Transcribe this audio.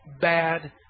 bad